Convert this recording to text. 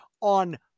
on